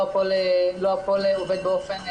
לא הכול עובד באופן מלא,